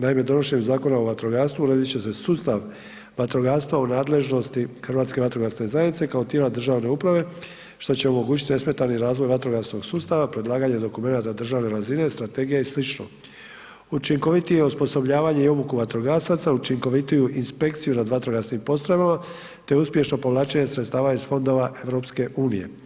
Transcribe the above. Naime, donošenjem Zakona o vatrogastvu uredit će se sustav vatrogastva u nadležnosti Hrvatske vatrogasne zajednice kao tijela državne uprave, što će omogućiti nesmetani razvoj vatrogasnog sustava, predlaganje dokumenata državne razine, strategije i slično učinkovitije osposobljavanje i obuku vatrogasaca, učinkovitiju inspekciju nad vatrogasnim poslovima te uspješno povlačenje sredstava iz fondova EU.